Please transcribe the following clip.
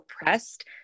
oppressed